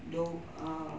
do~ uh